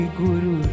guru